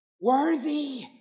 worthy